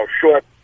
short